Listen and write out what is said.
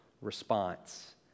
response